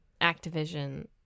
Activision